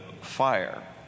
fire